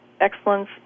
excellence